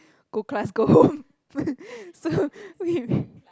go class go home so we